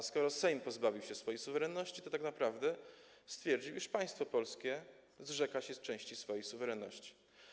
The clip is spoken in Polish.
A skoro Sejm pozbawił się swojej suwerenności, to tak naprawdę stwierdził, iż państwo polskie zrzeka się części swojej suwerenności.